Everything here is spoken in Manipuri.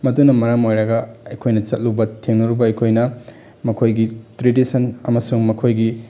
ꯃꯗꯨꯅ ꯃꯔꯝ ꯑꯣꯏꯔꯒ ꯑꯩꯈꯣꯏꯅ ꯆꯠꯂꯨꯕ ꯊꯦꯡꯅꯔꯨꯕ ꯑꯩꯈꯣꯏꯅ ꯃꯈꯣꯏꯒꯤ ꯇ꯭ꯔꯦꯗꯤꯁꯟ ꯑꯃꯁꯨꯡ ꯃꯈꯣꯏꯒꯤ